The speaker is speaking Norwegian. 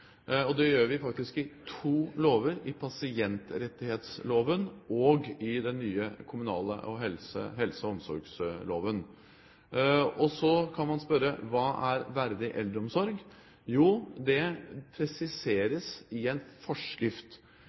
Det gjør vi i to lover, i pasientrettighetsloven og i den nye kommunale helse- og omsorgsloven. Og så kan man spørre: Hva er verdig eldreomsorg? Jo, det presiseres i en forskrift.